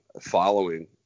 following